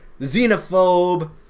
xenophobe